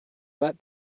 but